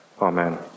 Amen